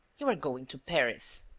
you are going to paris.